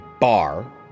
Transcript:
bar